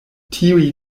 tiuj